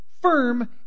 Firm